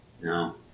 No